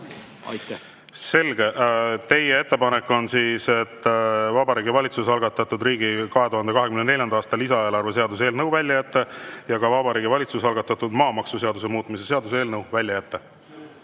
palun! Selge. Teie ettepanek on, et Vabariigi Valitsuse algatatud riigi 2024. aasta lisaeelarve seaduse eelnõu ja ka Vabariigi Valitsuse algatatud maamaksuseaduse muutmise seaduse eelnõu välja jätta.